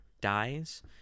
dies